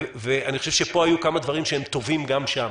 ואני חושב שפה היו כמה דברים שהם טובים גם שם.